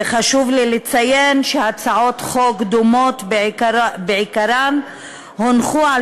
וחשוב לי לציין שהצעות חוק דומות בעיקרן הונחו על